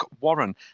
Warren